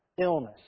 illness